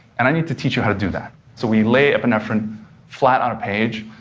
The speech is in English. and i need to teach you how to do that. so we lay epinephrine flat on a page,